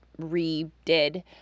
redid